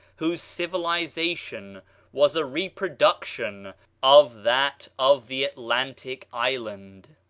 whose civilization was a reproduction of that of the atlantic island.